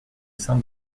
saint